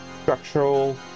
structural